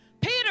peter